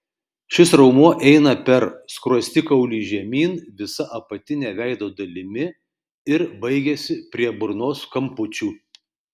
šis raumuo eina per skruostikaulį žemyn visa apatine veido dalimi ir baigiasi prie burnos kampučių